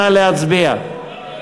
נא להצביע.